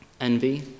envy